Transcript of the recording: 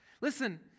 Listen